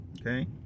Okay